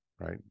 right